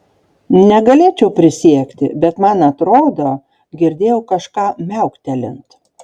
negalėčiau prisiekti bet man atrodo girdėjau kažką miauktelint